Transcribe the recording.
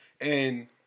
And-